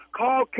call